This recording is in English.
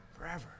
forever